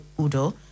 Udo